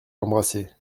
l’embrasser